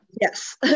yes